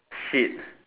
shit